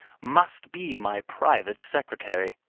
must be my private secretary.